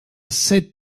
sept